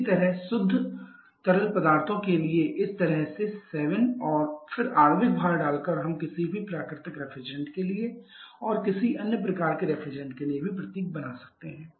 इसी तरह शुद्ध तरल पदार्थों के लिए इस तरह से 7 और फिर आणविक भार डालकर हम किसी भी प्राकृतिक रेफ्रिजरेंट के लिए और किसी अन्य प्रकार के रेफ्रिजरेंट के लिए भी प्रतीक बना सकते हैं